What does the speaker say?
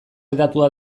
hedatua